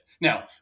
Now